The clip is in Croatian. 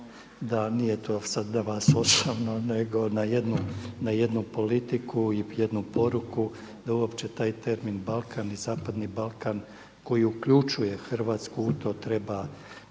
da nije to sada na vas osobno nego na jednu politiku i jednu poruku da uopće taj termin Balkan i zapadni Balkan koji uključuje Hrvatsku u to treba